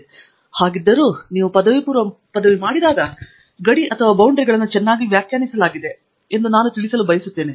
professor Pratap Haridoss ಹೌದು ಮತ್ತು ಹಾಗಿದ್ದರೂ ನೀವು ಪದವಿಪೂರ್ವ ಪದವಿ ಮಾಡಿದಾಗ ಗಡಿಗಳನ್ನು ಚೆನ್ನಾಗಿ ವ್ಯಾಖ್ಯಾನಿಸಲಾಗಿದೆ ಎಂದು ನಿಮಗೆ ತಿಳಿಸಲು ನಾನು ಬಯಸುತ್ತೇನೆ